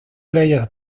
leyes